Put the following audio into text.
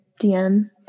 dm